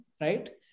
right